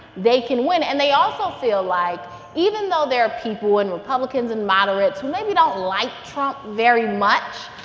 they can win and they also feel like even though there are people and republicans and moderates who maybe don't like trump very much,